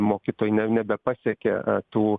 mokytojai ne nebepasiekia a tų